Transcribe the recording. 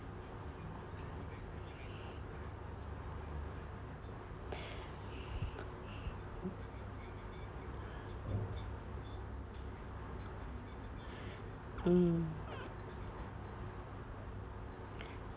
mm